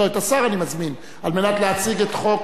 לא, את השר אני מזמין על מנת להציג את חוק